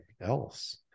else